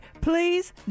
please